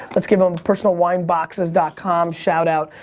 let's give them personalizedwineboxes dot com shout out.